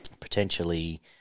potentially